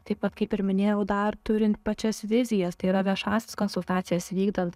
taip pat kaip ir minėjau dar turint pačias vizijas tai yra viešąsias konsultacijas vykdant